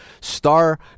star